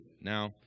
Now